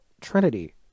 Trinity